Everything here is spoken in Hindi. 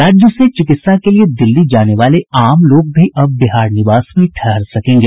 राज्य से चिकित्सा के लिए दिल्ली जाने वाले आम लोग भी अब बिहार निवास में ठहर सकेंगे